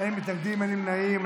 אין מתנגדים ואין נמנעים.